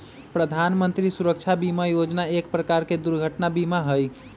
प्रधान मंत्री सुरक्षा बीमा योजना एक प्रकार के दुर्घटना बीमा हई